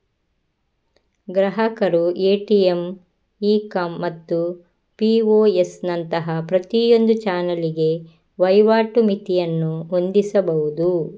ಗ್ರಾಹಕರು ATM, ecom ಮತ್ತು POS ನಂತಹ ಪ್ರತಿಯೊಂದು ಚಾನಲಿಗೆ ವಹಿವಾಟು ಮಿತಿಯನ್ನು ಹೊಂದಿಸಬಹುದು